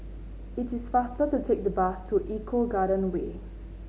it is faster to take the bus to Eco Garden Way